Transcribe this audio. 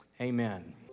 Amen